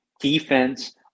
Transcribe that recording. Defense